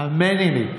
האמיני לי,